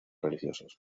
religiosos